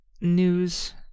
news